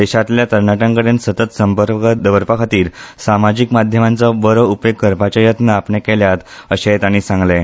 देशांतल्या तरणाट्यांकडेन सतत संपर्क दवरपाखातीर सामाजीक माध्यमांचो बरो उपेग करपाचे यत्न आपणे केल्यात अशेंय ताणी सांगलें